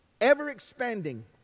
Ever-expanding